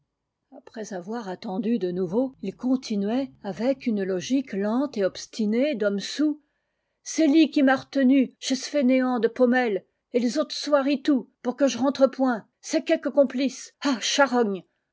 après avoir attendu de nouveau il continuait avec une logique lente et obstinée d'homme soûl c'est li qui m'a r'tenu chez ce fainéant de paumelle et l's autres soirs itou pour que je rentre point c'est quéque complice ah charogne